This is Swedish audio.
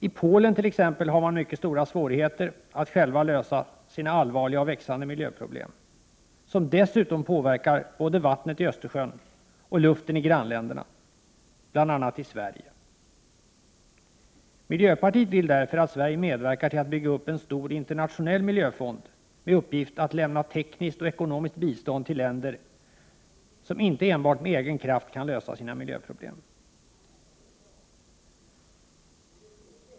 I Polen t.ex. har man mycket stora svårigheter att själv lösa sina allvarliga och växande miljöproblem, som dessutom påverkar både vattnet i Östersjön och luften i grannländerna, bl.a. i Sverige. Miljöpartiet vill därför att Sverige medverkar till att bygga upp en stor internationell miljöfond med uppgift att lämna tekniskt och ekonomiskt bistånd till länder som inte enbart med egen kraft kan lösa sina miljöproblem.